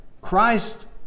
Christ